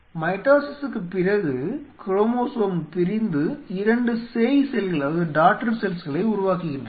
மைட்டோசிஸுக்குப் பிறகு குரோமோசோம் பிரிந்து 2 சேய் செல்கள் உருவாகின்றன